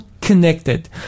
connected